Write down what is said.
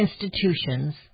institutions